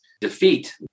defeat